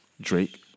drake